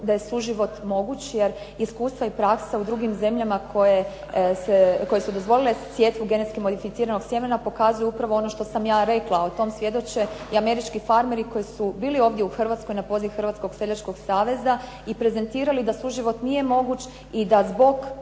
da je suživot moguć jer iskustva i praksa u drugim zemljama koje su dozvolile sjetvu genetski modificiranog sjemena pokazuje upravo ono što sam ja rekla, a o tom svjedoče i američki farmeri koji su bili ovdje u Hrvatskoj na poziv Hrvatskog seljačkog saveza i prezentirali da suživot nije moguć i da zbog